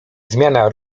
zmiana